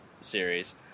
series